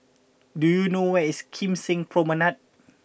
do you know where is Kim Seng Promenade